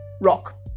rock